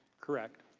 correct.